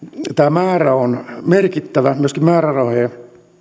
määrä on merkittävä myöskin määrärahojen